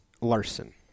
Larson